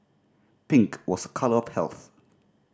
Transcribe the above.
pink was a colour of health